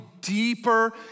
deeper